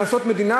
על מחיר למשתכן,